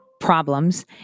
problems